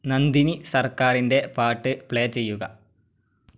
നന്ദിനി സർക്കാരിൻ്റെ പാട്ട് പ്ലേ ചെയ്യുക